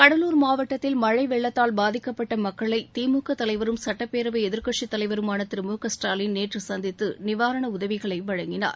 கடலூர் மாவட்டத்தில் மழை வெள்ளத்தால் பாதிக்கப்பட்ட மக்களை திமுக தலைவரும் சுட்டப்பேரவை எதிர்க்கட்சித் தலைவருமான திரு மு க ஸ்டாலின் நேற்று சந்தித்து நிவாரண உதவிகளை வழங்கினார்